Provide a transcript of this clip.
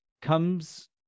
comes